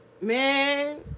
man